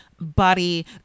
body